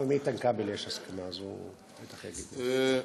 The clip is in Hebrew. גם עם איתן כבל יש הסכמה, אז הוא בטח יגיד את זה.